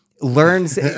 learns